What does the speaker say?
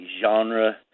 genre